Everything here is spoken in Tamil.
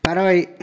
பறவை